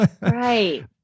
Right